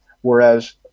whereas